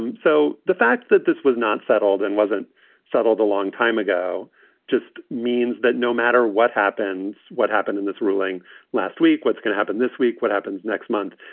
and so the fact that this was not settled and wasn't settled a long time ago just means that no matter what happens, what happened in this ruling last week, what's going to happen this week, what happens next month?